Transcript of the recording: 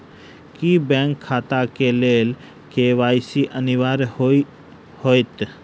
की bank खाता केँ लेल के.वाई.सी अनिवार्य होइ हएत?